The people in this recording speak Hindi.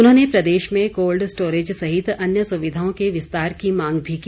उन्होंने प्रदेश में कोल्ड स्टोरेज सहित अन्य सुविधाओं के विस्तार की मांग भी की